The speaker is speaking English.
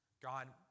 God